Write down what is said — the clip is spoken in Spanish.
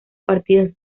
partidos